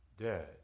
dead